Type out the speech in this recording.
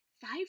five